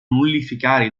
nullificare